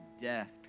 death